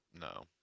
No